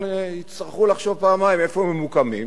יצטרכו לחשוב פעמיים איפה הם ממוקמים,